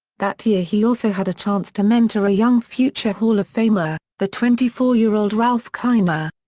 that year he also had a chance to mentor a young future hall-of-famer, the twenty four year old ralph kiner.